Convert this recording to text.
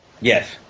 Yes